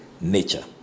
nature